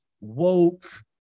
woke